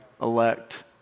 elect